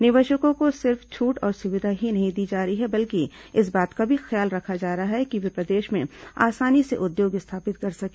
निवेशकों को सिर्फ छूट और सुविधा ही नहीं दी जा रही बल्कि इस बात का भी ख्याल रखा गया है कि वे प्रदेश में आसानी से उद्योग स्थापित कर सके